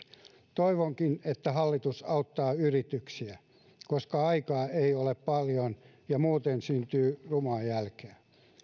toivonkin että hallitus auttaa yrityksiä koska aikaa ei ole paljon ja muuten syntyy rumaa jälkeä